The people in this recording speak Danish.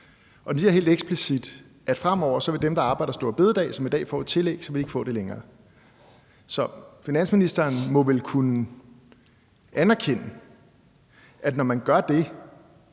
og den siger helt eksplicit, at fremover vil dem, der arbejder store bededag og får et tillæg, ikke få det længere. Så finansministeren må vel kunne anerkende, at når man gør det